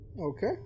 Okay